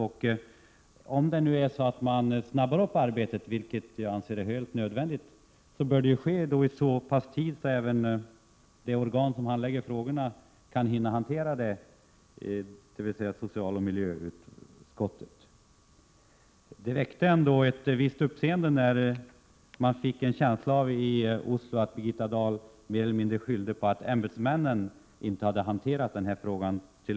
Men om man nu snabbar på arbetet, vilket jag anser vara helt nödvändigt, bör detta ske i så pass god tid att även det organ som handlägger dessa frågor kan hinna med hanteringen, dvs. socialoch miljöutskottet. Jag har en känsla av att det väckte ett visst uppseende att Birgitta Dahl mer eller mindre skyllde på ämbetsmännens otillräckliga hantering av frågan.